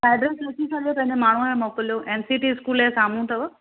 address लिखी छॾियो पंहिंजे माण्हूअ खे मोकिलियो एन सी टी स्कूल जे साम्हूं अथव